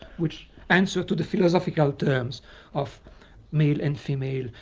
which answers to the philosophical terms of male and female,